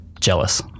jealous